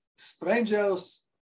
strangers